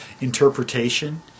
interpretation